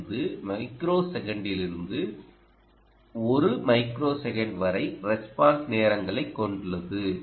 25 micro செகன்ட்டிலிருந்து 1 microsecond வரை response நேரங்களைக் கொண்டுள்ளது